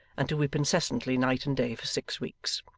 and to weep incessantly night and day for six weeks.